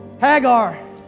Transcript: Hagar